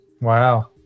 Wow